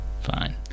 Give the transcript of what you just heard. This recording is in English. fine